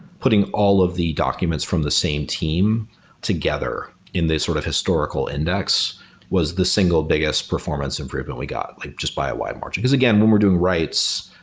putting all of the documents from the same team together in this sort of historical index was the single biggest performance improvement we got like just by a wide margin. again, when we're doing writes,